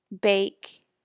bake